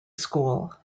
school